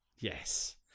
Yes